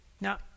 Now